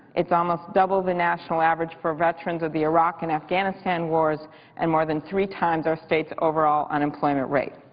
it's almost double the national average for veterans of the iraq and afghanistan wars and more than three times our state's overall unemployment rate.